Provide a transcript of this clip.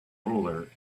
ruler